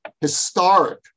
historic